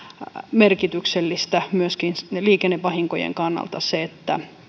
merkityksellistä myöskin liikennevahinkojen kannalta se että